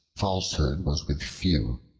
falsehood was with few,